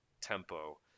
tempo